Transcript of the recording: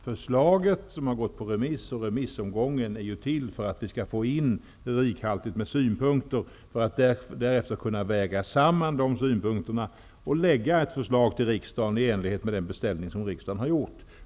Förslaget som har gått på remiss och remissomgången är ju till för att vi skall få in rikhaltigt med synpunkter för att därefter kunna väga samman dessa synpunkter och lägga fram ett förslag till riksdagen i enlighet med den beställning som riksdagen har gjort.